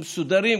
מסודרים,